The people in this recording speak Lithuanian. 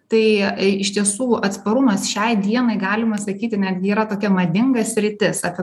tai iš tiesų atsparumas šiai dienai galima sakyti netgi yra tokia madinga sritis apie